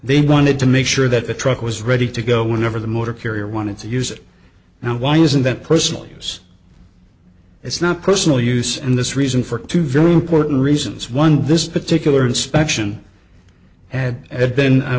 they wanted to make sure that the truck was ready to go whenever the motor carrier wanted to use it now why isn't that personal use it's not personal use and this reason for two very important reasons one this particular inspection had